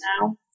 now